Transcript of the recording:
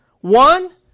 One